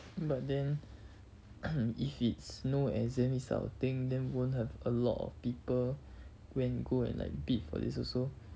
but then if it's no exam this type of thing then won't have a lot of people when go and like bid for this also